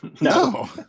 No